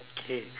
okay